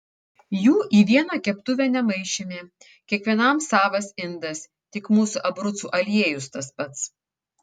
jų į vieną keptuvę nemaišėme kiekvienam savas indas tik mūsų abrucų aliejus tas pats